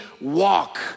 walk